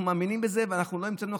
אנחנו מאמינים בזה ואנחנו לא המצאנו,